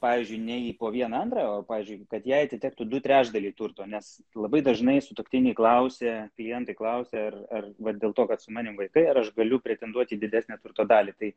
pavyzdžiui ne į po vieną antrąją o pavyzdžiui kad jai atitektų du trečdaliai turto nes labai dažnai sutuoktiniai klausia klientai klausia ar ar vat dėl to kad su manim vaikai ar aš galiu pretenduot į didesnę turto dalį tai